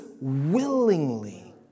willingly